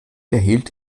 erhielt